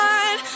one